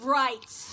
rights